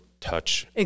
touch